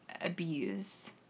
abuse